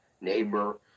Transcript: neighbor